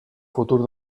futur